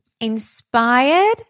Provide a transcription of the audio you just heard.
inspired